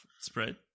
spread